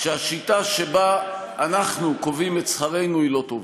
שהשיטה שבה אנחנו קובעים את שכרנו היא לא טובה.